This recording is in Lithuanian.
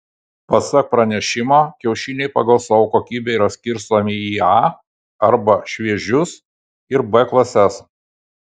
pasak pranešimo kiaušiniai pagal savo kokybę yra skirstomi į a arba šviežius ir b klases